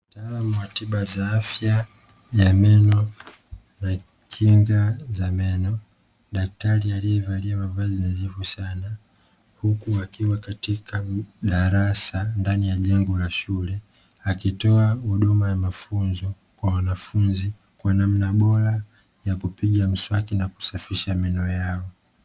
Mtaalamu wa tiba za afya ya meno na kinga za meno, daktari aliyevalia mavazi nadhifu sana huku wakiwa katika darasa ndani ya jengo la shule akitoa huduma ya mafunzo kwa wanafunzi kwa namna bora ya kupiga mswaki na kusafisha meno yao.